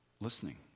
listening